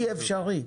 בלתי אפשרי.